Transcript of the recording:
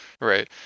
Right